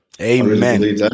Amen